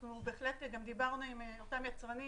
אנחנו דיברנו עם אותם יצרנים,